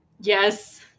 Yes